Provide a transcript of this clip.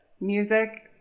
music